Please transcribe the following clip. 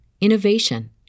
innovation